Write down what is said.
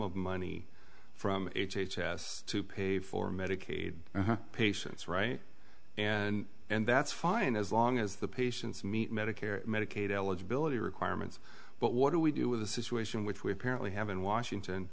of money from h h s to pay for medicaid patients right and and that's fine as long as the patients meet medicare medicaid eligibility requirements but what do we do with a situation which we apparently have in washington